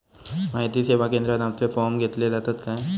माहिती सेवा केंद्रात आमचे फॉर्म घेतले जातात काय?